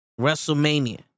Wrestlemania